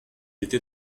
était